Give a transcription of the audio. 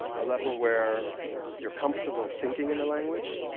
a level where you're comfortable thinking in a language,